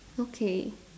okay